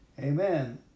Amen